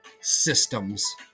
Systems